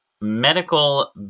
medical